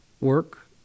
work